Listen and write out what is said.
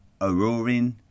Aurorin